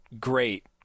great